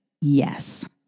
Yes